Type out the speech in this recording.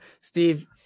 Steve